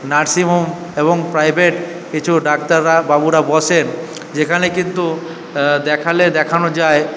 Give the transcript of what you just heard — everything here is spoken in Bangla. নার্সিং হোম এবং প্রাইভেট কিছু ডাক্তাররা বাবুরা বসেন যেখানে কিন্তু দেখালে দেখানো যায়